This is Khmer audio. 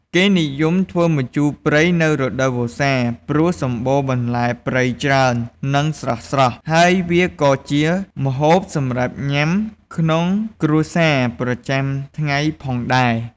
គេនិយមធ្វើម្ជូរព្រៃនៅរដូវវស្សា ព្រោះសម្បូរបន្លែព្រៃច្រើន និងស្រស់ៗ ហើយវាក៏ជាម្ហូបសម្រាប់ញ៉ាំក្នុងគ្រួសារប្រចាំថ្ងៃផងដែរ។